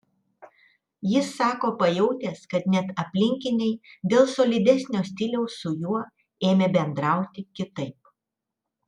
jis sako pajautęs kad net aplinkiniai dėl solidesnio stiliaus su juo ėmė bendrauti kitaip